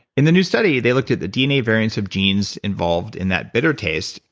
in the new study they looked at the dna variants of genes involved in that bitter taste,